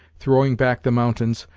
throwing back the mountains,